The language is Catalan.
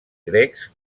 grecs